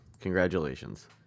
Congratulations